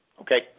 Okay